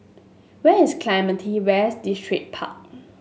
where is Clementi West Distripark